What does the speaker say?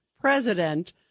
president